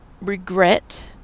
regret